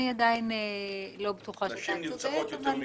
נשים נרצחות יותר מגברים?